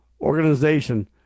organization